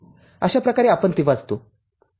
अशाप्रकारे आपण ते वाचतो